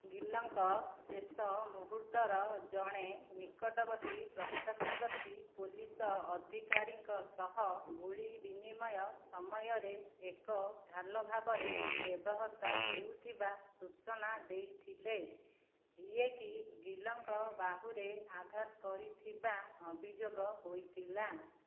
ଗିଲ୍ଙ୍କ ଶେଷ ମୂହୁର୍ତ୍ତର ଜଣେ ନିକଟବର୍ତ୍ତୀ ପ୍ରତ୍ୟେକ୍ଷଦର୍ଶୀ ପୋଲିସ ଅଧିକାରୀଙ୍କ ସହ ଗୁଳି ବିନିମୟ ସମୟରେ ଏକ ଢାଲ ଭାବରେ ବ୍ୟବହୃତ ହେଉଥିବା ସୂଚନା ଦେଇଥିଲେ ଯିଏ କି ଗିଲ୍ଙ୍କ ବାହୁରେ ଆଘାତ କରିଥିବା ଅଭିଯୋଗ ହୋଇଥିଲା